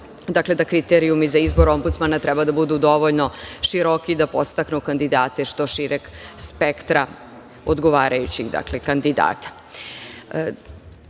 Dakle, da kriterijumi za izbor Ombudsmana treba da budu dovoljno široki da podstaknu kandidate što šireg spektra, odgovarajućih kandidata. Trudila